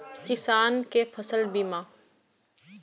किसान कै फसल बीमा?